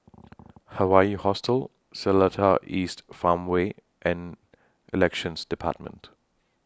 Hawaii Hostel Seletar East Farmway and Elections department